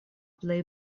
plej